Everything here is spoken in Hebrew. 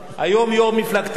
היום, יושבת-ראש מפלגתכם,